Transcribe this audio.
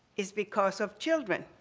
it's because of children.